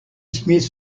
smith